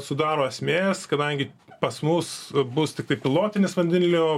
sudaro esmės kadangi pas mus bus tiktai pilotinis vandenilio